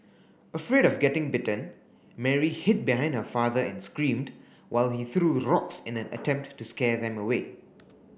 afraid of getting bitten Mary hid behind her father and screamed while he threw rocks in an attempt to scare them away